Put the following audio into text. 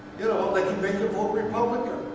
you know um they can make you vote republican.